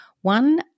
one